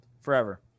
forever